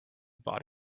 bought